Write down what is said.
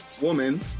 woman